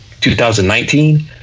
2019